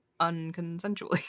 unconsensually